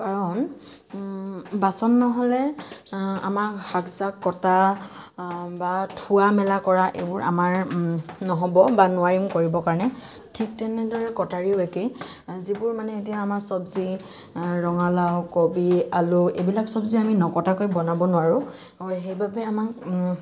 কাৰণ বাচন ন'হলে আমাক শাক চাক কটা বা থোৱা মেলা কৰা এইবোৰ আমাৰ নহ'ব বা নোৱাৰিম কৰিবৰ কাৰণে ঠিক তেনেদৰে কটাৰীও একে যিবোৰ মানে আমাৰ এতিয়া চবজি ৰঙালাউ কবি আলু এইবিলাক চবজি আমি নকটাকে বনাব নোৱাৰো সেইবাবে আমাক